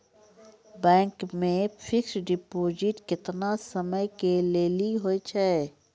Bank मे fixed deposit केतना समय के लेली होय छै?